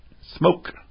smoke